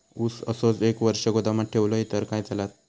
ऊस असोच एक वर्ष गोदामात ठेवलंय तर चालात?